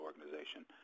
organization